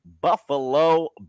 Buffalo